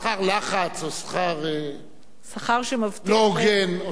שכר לחץ, או שכר לא הוגן.